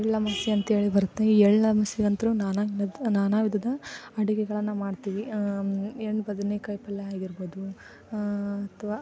ಎಳ್ಳಮಾವಾಸ್ಯೆ ಅಂಥೇಳಿ ಬರುತ್ತೆ ಈ ಎಳ್ಳಮಾವಾಸ್ಯೆಗಂತೂ ನಾನಾ ನಾನಾ ವಿಧದ ಅಡುಗೆಗಳನ್ನ ಮಾಡ್ತೀವಿ ಎಣ್ಣೆ ಬದನೇಕಾಯಿ ಪಲ್ಯ ಆಗಿರ್ಬೋದು ಅಥವಾ